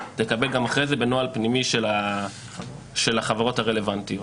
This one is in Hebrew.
תקבל גם אחרי זה בנוהל פנימי של החברות הרלוונטיות.